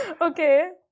Okay